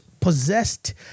possessed